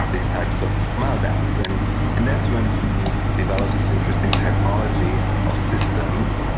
these types of meltdowns and and that's when he develops this interesting typology of systems,